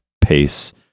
pace